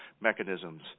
mechanisms